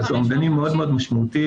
זה אומדנים מאוד משמעותיים.